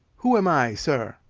who am i, sir?